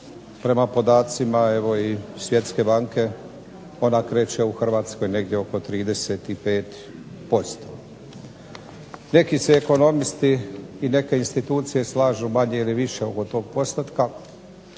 prema podacima evo i Svjetske banke ona kreće u Hrvatskoj negdje oko 35%. Neki se ekonomisti i neke institucije slažu manje ili više oko tog postotka,